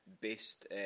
based